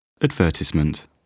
Advertisement